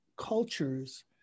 cultures